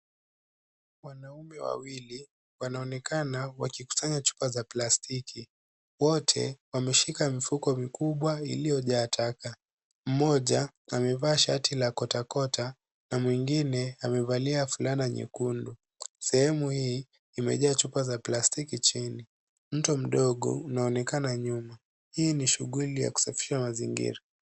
Wanaume wawili wanaonekana wakikusanya chupa za plastiki. Wote wameshika mifuko mikubwa iliyojaa taka. Mmoja amevaashati la kotakota na mwingine amevalia fulana nyekundu. Sehemu hii imejaa chupa za plastiki chini. Mto mdogo unaonekana nyuma. Hii ni shughuli ya kusafisha mazingira.